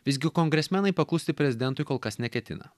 visgi kongresmenai paklusti prezidentui kol kas neketina